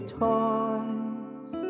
toys